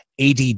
ADD